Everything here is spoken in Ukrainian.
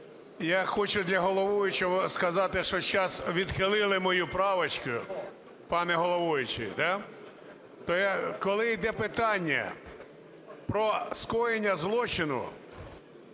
я хочу для головуючого сказати, що зараз відхилили мою правочку, пане головуючий, да, то, коли йде питання про скоєння злочину,